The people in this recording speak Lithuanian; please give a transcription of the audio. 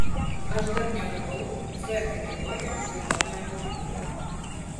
aš dar negavau c kategorijos vairuotojo pažymėjimo